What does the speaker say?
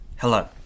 Hello